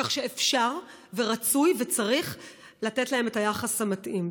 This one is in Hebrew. כך שאפשר ורצוי וצריך לתת להם את היחס המתאים.